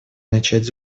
начать